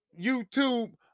YouTube